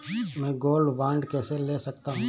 मैं gold bond कैसे ले सकता हूँ?